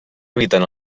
eviten